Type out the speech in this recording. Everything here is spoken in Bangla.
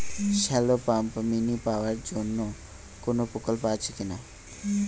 শ্যালো পাম্প মিনি পাওয়ার জন্য কোনো প্রকল্প আছে কি?